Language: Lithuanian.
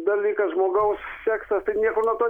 dalykas žmogaus seksas tai niekur nuo to